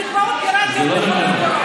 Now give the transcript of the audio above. מקוואות פיראטיים לחולי קורונה.